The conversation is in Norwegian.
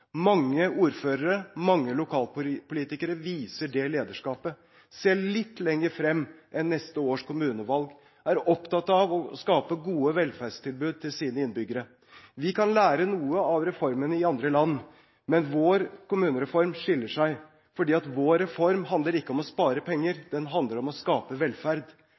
Mange ordførere, mange lokalpolitikere viser det lederskapet, ser litt lenger frem enn neste års kommunevalg, er opptatt av å skape gode velferdstilbud til sine innbyggere. Vi kan lære noe av reformene i andre land, men vår kommunereform skiller seg ut fordi vår reform ikke handler om å spare penger, den handler om å skape velferd.